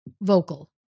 vocal